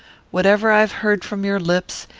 whatever i have heard from your lips,